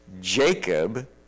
Jacob